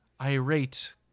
irate